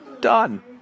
Done